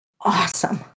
awesome